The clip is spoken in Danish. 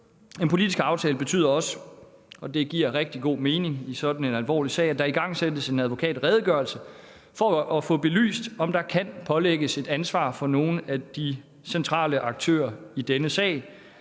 En politisk aftale betyder også, og det giver rigtig god mening i sådan en alvorlig sag, at der igangsættes en advokatredegørelse for at få belyst, om nogle af de centrale aktører i denne sag